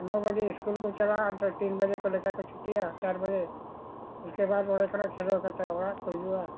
ᱱᱚ ᱵᱟᱡᱮ ᱥᱠᱩᱞ ᱠᱚ ᱪᱟᱞᱟᱜᱼᱟ ᱛᱤᱱ ᱵᱟᱡᱮ ᱠᱚ ᱞᱮᱠᱟ ᱠᱚ ᱪᱷᱩᱴᱤᱜᱼᱟ ᱪᱟᱨ ᱵᱟᱡᱮ ᱤᱥᱠᱮ ᱵᱟᱫ ᱚᱲᱟᱜ ᱠᱟᱱᱟ ᱠᱷᱮᱞᱳᱰ ᱠᱟᱛᱮ ᱚᱲᱟᱜ ᱠᱚ ᱦᱤᱡᱩᱜᱼᱟ